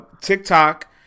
TikTok